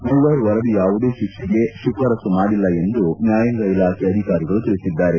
Muller ವರದಿ ಯಾವುದೇ ಶಿಕ್ಷೆಗೆ ಶಿಫಾರಸು ಮಾಡಿಲ್ಲ ಎಂದು ನ್ಯಾಯಾಂಗ ಇಲಾಖೆ ಅಧಿಕಾರಿಗಳು ತಿಳಿಸಿದ್ದಾರೆ